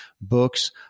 books